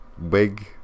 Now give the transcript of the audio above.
wig